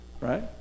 right